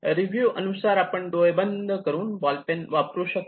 review अनुसार आपण डोळे बंद करून बॉलपेन वापरू शकतो